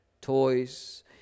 Toys